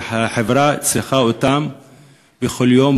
שהחברה צריכה אותה בכל יום,